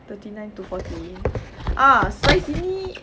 thirty nine to forty ah size ini